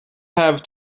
have